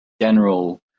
general